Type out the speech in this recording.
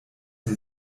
sie